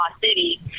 City